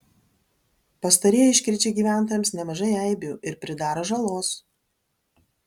pastarieji iškrečia gyventojams nemažai eibių ir pridaro žalos